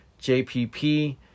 JPP